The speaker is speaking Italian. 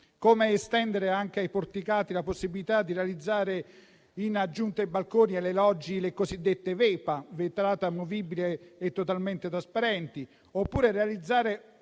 estendere anche ai porticati la possibilità di realizzare, in aggiunta ai balconi, le cosiddette Vepa, vetrate amovibili e totalmente trasparenti; oppure realizzare